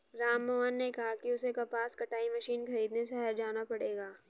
राममोहन ने कहा कि उसे कपास कटाई मशीन खरीदने शहर जाना पड़ेगा